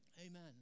Amen